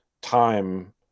time